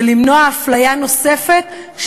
ולמנוע אפליה נוספת,